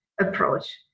approach